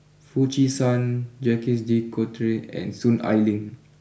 Foo Chee San Jacques De Coutre and Soon Ai Ling